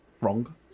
wrong